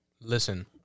Listen